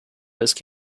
best